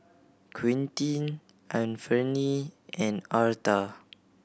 Quintin Anfernee and Arta